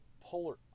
polar